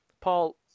Paul